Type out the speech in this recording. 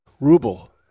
ruble